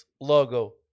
logo